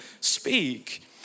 speak